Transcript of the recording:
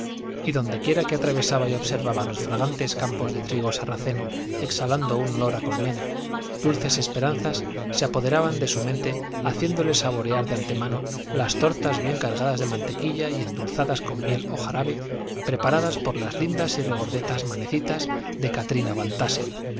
y dondequiera que atravesaba y observaba los fragantes campos de trigo sarraceno exhalando un olor a colmena dulces esperanzas se apoderaban de su mente haciéndole saborear de antemano las tortas bien cargadas de mantequilla y endulzadas con miel o jarabe preparadas por las lindas y regordetas manecitas de katrina